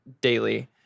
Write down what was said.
daily